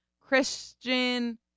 Christian